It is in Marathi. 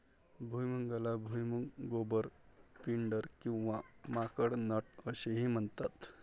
भुईमुगाला भुईमूग, गोबर, पिंडर किंवा माकड नट असेही म्हणतात